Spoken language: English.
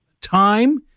time